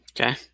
okay